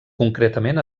concretament